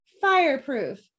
fireproof